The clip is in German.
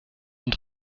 und